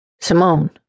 Simone